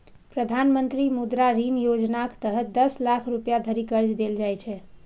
प्रधानमंत्री मुद्रा ऋण योजनाक तहत दस लाख रुपैया धरि कर्ज देल जाइ छै